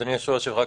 אדוני היושב-ראש,